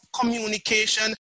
communication